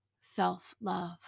self-love